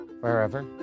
wherever